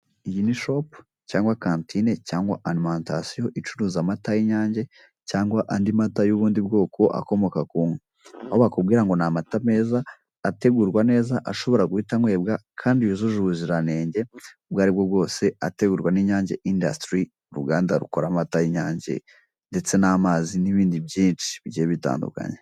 Iyi ni shopu cyangwa kantine cyangwa arimantasiyo icuruza amata y'inyange cyangwa andi mata yubundi bwoko akomoka ku nka aho bakubwira ngo ni amata meza ategurwa neza ashobora guhita anywebwa kandi yujuje ubuzira ntege ubwaribwo bwose ategurwa n'inyange indasitirisi uruganda rukora amata y'inyange ndetse n'amazi nibindi byinshi bigiye bitandukanye.